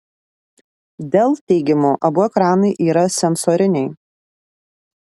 dell teigimu abu ekranai yra sensoriniai